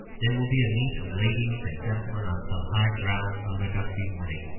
there will be a meet of ladies and gentlemen on some high ground on a gusty morning.